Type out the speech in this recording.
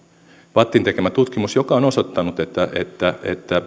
vattin tekemä tutkimus joka on osoittanut että että